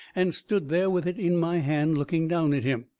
and stood there with it in my hand, looking down at him.